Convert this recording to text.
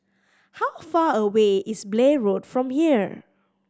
how far away is Blair Road from here